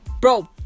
bro